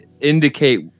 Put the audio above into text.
indicate